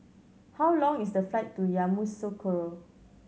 how long is the flight to Yamoussoukro